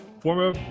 former